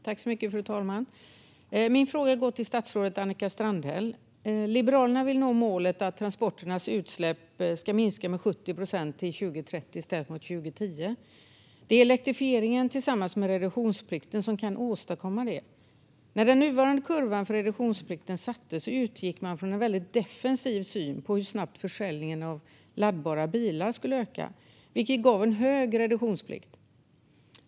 Fru talman! Min fråga går till statsrådet Annika Strandhäll. Liberalerna vill nå målet att transporternas utsläpp ska minska med 70 procent till 2030 jämfört med 2010. Det är elektrifieringen tillsammans med reduktionsplikten som kan åstadkomma detta. När den nuvarande kurvan för reduktionsplikten sattes utgick man från en väldigt defensiv syn på hur snabbt försäljningen av laddbara bilar skulle öka, vilket gav en hög reduktionsplikt.